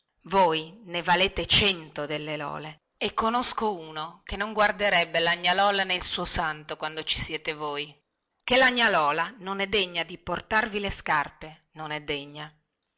voi ne valete cento delle lole e conosco uno che non guarderebbe la gnà lola nè il suo santo quando ci siete voi chè la gnà lola non è degna di portarvi le scarpe non è degna